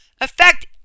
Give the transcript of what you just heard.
affect